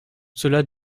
cela